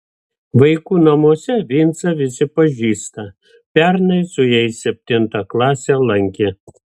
vaikų namuose vincą visi pažįsta pernai su jais septintą klasę lankė